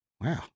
wow